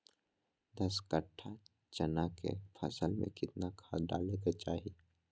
दस कट्ठा चना के फसल में कितना खाद डालें के चाहि?